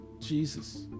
Jesus